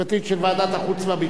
אנחנו עפר לרגלייך.